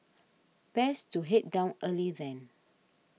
best to head down early then